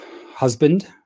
husband